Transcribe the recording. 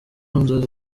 nzozi